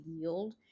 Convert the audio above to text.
yield